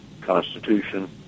Constitution